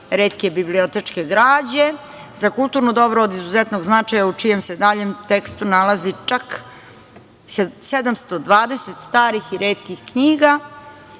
retke bibliotečke građe za kulturno dobro od izuzetnog značaja, u čijem se daljem tekstu nalazi čak 720 starih i retkih knjiga,